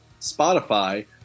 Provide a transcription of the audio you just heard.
Spotify